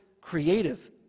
creative